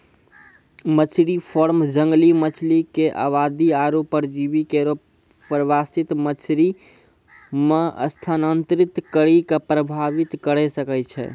मछरी फार्म जंगली मछरी क आबादी आरु परजीवी केरो प्रवासित मछरी म स्थानांतरित करि कॅ प्रभावित करे सकै छै